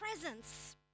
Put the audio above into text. presence